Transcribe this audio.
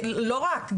לא רק,